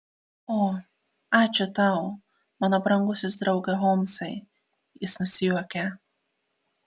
o ačiū tau mano brangusis drauge holmsai jis nusijuokė